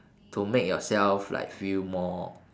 to make yourself like feel more